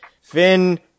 Finn